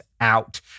out